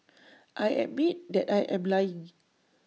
I admit that I am lying